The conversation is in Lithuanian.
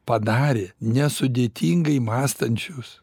padarė nesudėtingai mąstančius